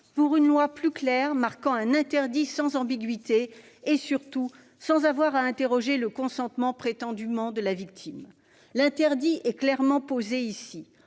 pour une loi plus claire posant un interdit sans ambiguïté et, surtout, sans avoir à interroger le consentement prétendu de la victime. L'interdit est clairement posé ici